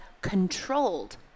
controlled